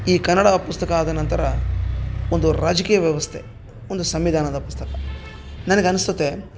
ಈ ಕನ್ನಡ ಪುಸ್ತಕ ಆದ ನಂತರ ಒಂದು ರಾಜಕೀಯ ವ್ಯವಸ್ಥೆ ಒಂದು ಸಂವಿಧಾನದ ಪುಸ್ತಕ ನನಗೆ ಅನ್ಸುತ್ತೆ